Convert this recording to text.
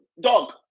dog